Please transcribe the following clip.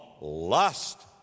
lust